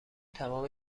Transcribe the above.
تمام